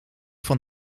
van